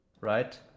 right